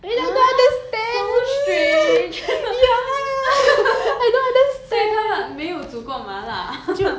!huh! so strange 所以他没有煮过麻辣 ah